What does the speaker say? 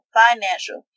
financial